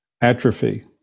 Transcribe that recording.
atrophy